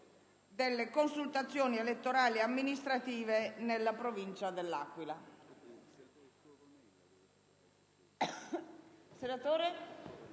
delle consultazioni elettorali amministrative nella Provincia dell'Aquila.